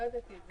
לא ידעתי את זה.